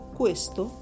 questo